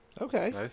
Okay